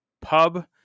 pub